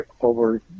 over